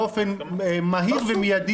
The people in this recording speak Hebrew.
-- שיאושר באופן מהיר ומיידי,